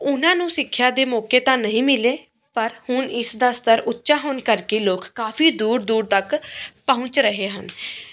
ਉਹਨਾਂ ਨੂੰ ਸਿੱਖਿਆ ਦੇ ਮੌਕੇ ਤਾਂ ਨਹੀਂ ਮਿਲੇ ਪਰ ਹੁਣ ਇਸ ਦਾ ਸਤਰ ਉੱਚਾ ਹੋਣ ਕਰਕੇ ਲੋਕ ਕਾਫ਼ੀ ਦੂਰ ਦੂਰ ਤੱਕ ਪਹੁੰਚ ਰਹੇ ਹਨ